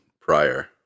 prior